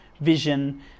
vision